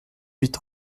huit